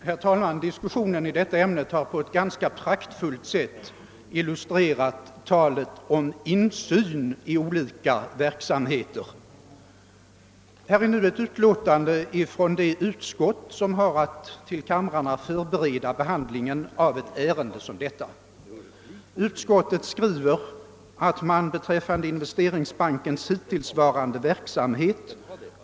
Herr talman! Diskussionen i detta ärende har på ett praktfullt sätt illustrerat talet om insyn i olika verksamheter. Här föreligger ett utlåtande från det utskott som har att till kamrarna förbereda behandlingen av ett ärende som detta. Utskottet skriver att vissa uppgifter har inhämtats beträffande Investeringsbankens hittillsvarande verksamhet.